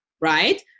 right